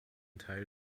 teil